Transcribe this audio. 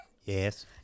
Yes